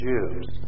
Jews